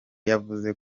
yavuze